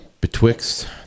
betwixt